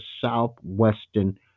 Southwestern